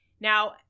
Now